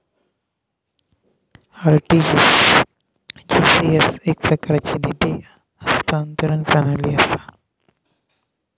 RTGS एकप्रकारची निधी हस्तांतरण प्रणाली असा